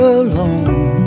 alone